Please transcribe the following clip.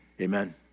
Amen